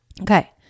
Okay